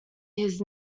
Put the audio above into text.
his